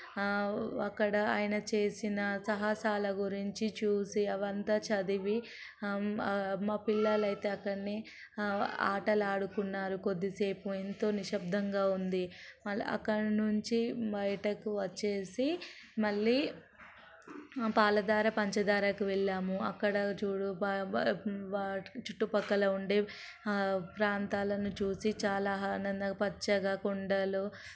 అక్కడ ఆయన చేసిన సాహసాల గురించి చూసి అవంతా చదివి మా పిల్లలు అయితే అతనిని ఆటలాడుకున్నారు కొద్దిసేపు ఎంతో నిశ్శబ్దంగా ఉంది మళ్ళీ అక్కడి నుంచి బయటకు వచ్చేసి మళ్ళీ పాలధార పంచదారకి వెళ్ళాము అక్కడ చూడు చుట్టుపక్కల ఉండే ప్రాంతాలను చూసి చాలా ఆనందంగా పచ్చగా కొండలు